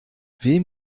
wem